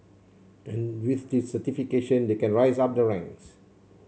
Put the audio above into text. and with this certification they can rise up the ranks